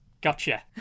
gotcha